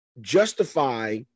justify